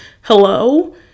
hello